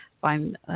find